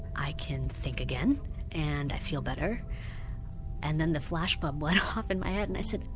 i can think again and i feel better and then the flashbulb went off in my head and i said,